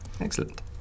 excellent